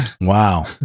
Wow